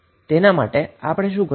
તેના માટે આપણે સૌપ્રથમ શું કરીશું